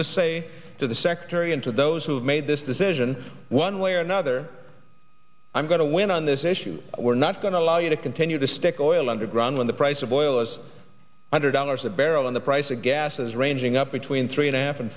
just say to the secretary and to those who have made this decision one way or another i'm going to win on this issue we're not going to allow you to continue to stick oil underground when the price of oil was hundred dollars a barrel and the price of gas is ranging up between three and a half and